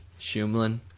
Shumlin